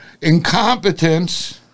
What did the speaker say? incompetence